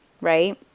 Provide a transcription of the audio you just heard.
right